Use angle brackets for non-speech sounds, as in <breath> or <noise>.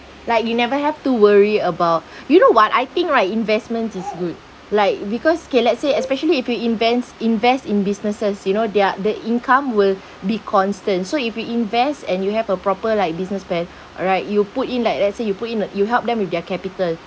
like you never have to worry about <breath> you know what I think right investment is good like because okay let's say especially if you invest invest in businesses you know they're the income will be constant so if you invest and you have a proper like business plan alright you put in like let's say you put in a you help them with their capital